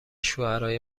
شوهرای